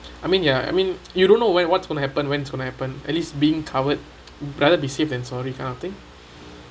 I mean ya I mean you don't know when what's going to happen when it's going to happen at least being covered rather be safe then sorry kind of thing